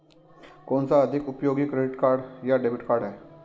कौनसा अधिक उपयोगी क्रेडिट कार्ड या डेबिट कार्ड है?